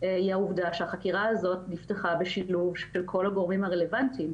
היא העובדה שהחקירה הזאת נפתחה בשילוב של כל הגורמים הרלוונטיים.